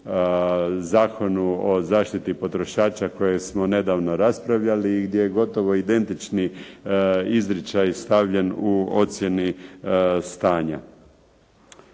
Zakonu o zaštiti potrošača koje smo nedavno raspravljali i gdje je gotovo identični izričaj stavljen u ocjeni stanja.